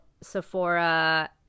Sephora